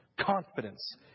confidence